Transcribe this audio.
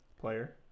player